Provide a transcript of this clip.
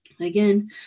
again